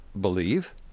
believe